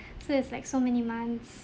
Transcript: so it's like so many months